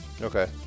okay